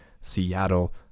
Seattle